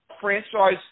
franchise